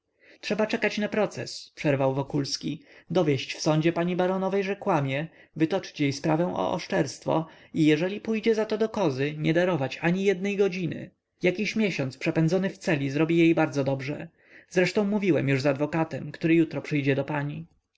trzeba czekać na proces przerwał wokulski dowieść w sądzie pani baronowej że kłamie wytoczyć jej sprawę o oszczerstwo i jeżeli pójdzie zato do kozy nie darować ani jednej godziny jakiś miesiąc przepędzony w celi zrobi jej bardzo dobrze zresztą mówiłem już z adwokatem który jutro przyjdzie do pań